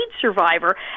survivor